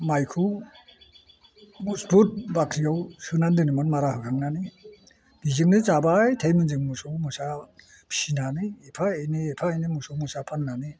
माइखौ मजबुद बाख्रियाव सोनानै दोनोमोन मारा होखांनानै बिजोंनो जाबाय थायोमोन जों मोसौ मोसा फिनानै एफा एनै एफा एनै मोसौ मोसा फाननानै